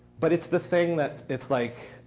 but it's the thing that's it's like,